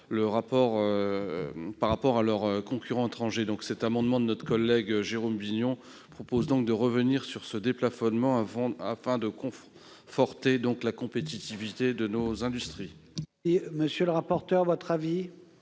par rapport à leurs concurrents étrangers. Ainsi, cet amendement de notre collègue Jérôme Bignon vise à revenir sur ce déplafonnement, afin de conforter la compétitivité de nos industries. Quel est l'avis